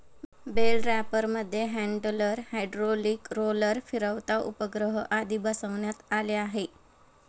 bell रॅपरमध्ये handler, hydraulic roller, फिरता उपग्रह आदी बसवण्यात आले आहे